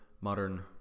modern